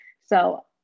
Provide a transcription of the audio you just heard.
So-